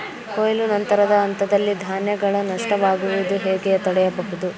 ಕೊಯ್ಲು ನಂತರದ ಹಂತದಲ್ಲಿ ಧಾನ್ಯಗಳ ನಷ್ಟವಾಗುವುದನ್ನು ಹೇಗೆ ತಡೆಯಬಹುದು?